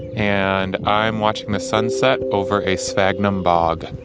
and i'm watching the sunset over a sphagnum bog